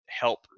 help